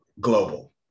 global